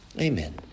Amen